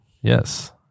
yes